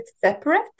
separate